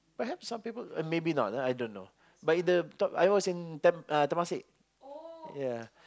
perhaps some people uh maybe not ah I don't know but if the top I was in tamp~ uh Temasek ya